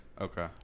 Okay